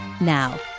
Now